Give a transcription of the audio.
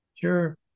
Sure